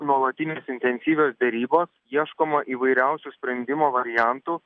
nuolatinės intensyvios derybos ieškoma įvairiausių sprendimo variantų